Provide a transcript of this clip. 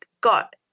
got